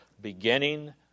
beginning